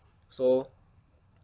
so